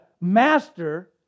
master